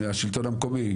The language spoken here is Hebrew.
השלטון המקומי,